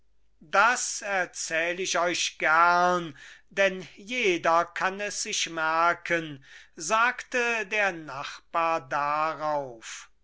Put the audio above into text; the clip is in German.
das erzähl ich euch gern denn jeder kann es sich merken sagte der nachbar darauf